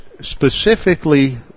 specifically